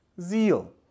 zeal